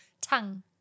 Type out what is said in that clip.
Tongue